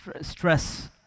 stress